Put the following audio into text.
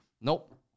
Nope